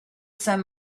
saint